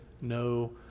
no